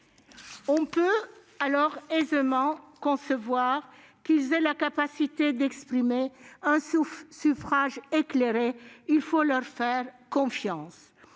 On peut dès lors aisément concevoir qu'ils aient la capacité d'exprimer un suffrage éclairé. Il faut leur faire confiance.